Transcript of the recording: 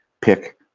pick